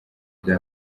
bya